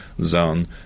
zone